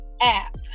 app